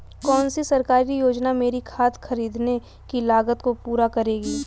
कौन सी सरकारी योजना मेरी खाद खरीदने की लागत को पूरा करेगी?